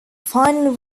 final